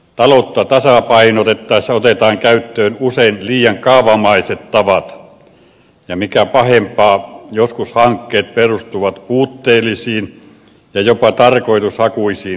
taloutta tasapainotettaessa otetaan käyttöön usein liian kaavamaiset tavat ja mikä pahempaa joskus hankkeet perustuvat puutteellisiin ja jopa tarkoitushakuisiin laskelmiin